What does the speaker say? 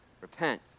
Repent